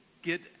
Get